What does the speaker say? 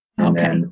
Okay